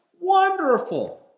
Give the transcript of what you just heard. Wonderful